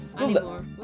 anymore